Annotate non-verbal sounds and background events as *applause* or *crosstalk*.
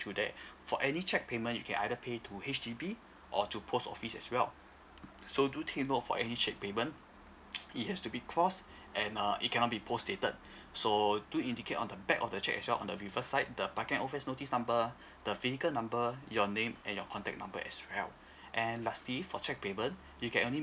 through there for any cheque payment you can either pay to H_D_B or to post office as well so do take note for any cheque payment *noise* it has to be cross and uh it cannot be post dated so do indicate on the back of the cheque as well on the reverse side the parking offence notice number the venicle number your name and your contact number as well and lastly for cheque payment you can only